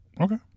Okay